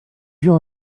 yeux